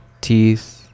teeth